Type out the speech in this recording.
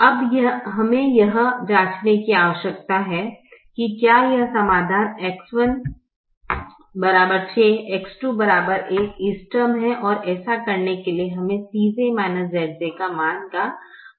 अब हमे यह जाँचने की आवश्यकता है कि क्या यह समाधान X1 6 X2 1 इष्टतम है ऐसा करने के लिए हमें Cj Zj मान का पता लगाना है